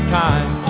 time